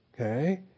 Okay